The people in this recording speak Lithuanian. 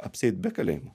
apsieit be kalėjimo